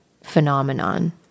phenomenon